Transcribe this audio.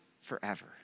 forever